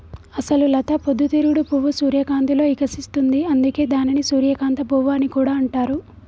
అసలు లత పొద్దు తిరుగుడు పువ్వు సూర్యకాంతిలో ఇకసిస్తుంది, అందుకే దానిని సూర్యకాంత పువ్వు అని కూడా అంటారు